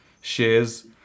shares